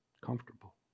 Comfortable